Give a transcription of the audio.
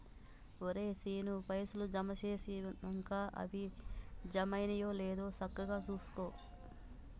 ఒరే శీనూ, పైసలు జమ జేసినంక అవి జమైనయో లేదో సక్కగ జూసుకో